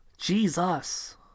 Jesus